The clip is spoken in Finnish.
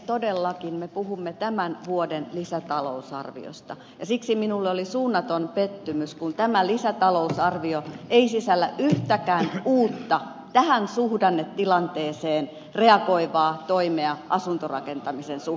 todellakin me puhumme tämän vuoden lisätalousarviosta ja siksi minulle oli suunnaton pettymys kun tämä lisätalousarvio ei sisällä yhtäkään uutta tähän suhdannetilanteeseen reagoivaa toimea asuntorakentamisen suhteen